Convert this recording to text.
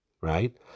right